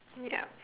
yup